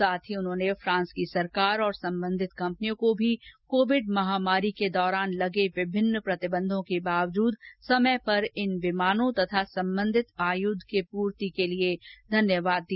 साथ ही उन्होंने फ्रांस की सरकार और सम्बन्धित कम्पनियों को भी कोविड महामारी के दौरान लगे विभिन्न प्रतिबंधों के बावजूद समय पर इन विमानों तथा सम्बन्धित आयुध की आपूर्ति के लिए धन्यवाद दिया